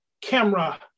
camera